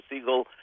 Siegel